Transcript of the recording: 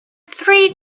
three